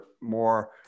more